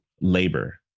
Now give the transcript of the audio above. labor